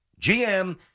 GM